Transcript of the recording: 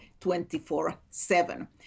24-7